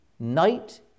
Night